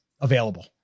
available